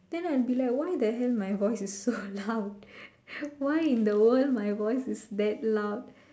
then I'll be like why the hell my voice is so loud why in the world my voice is that loud